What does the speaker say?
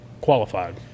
qualified